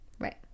right